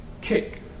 kick